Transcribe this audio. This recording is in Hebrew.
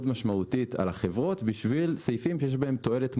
משמעותית על החברות בשביל סעיפים שיש בהם תועלת מוגבלת,